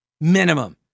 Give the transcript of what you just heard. minimum